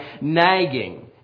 nagging